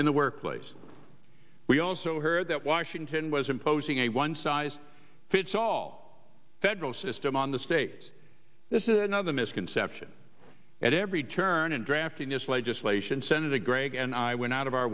in the workplace we also heard that washington was imposing a one size fits all federal system on the states this is another misconception at every turn in drafting this legislation senator gregg and i went out of our